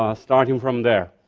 ah starting from there.